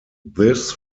this